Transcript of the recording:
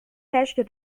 herrschte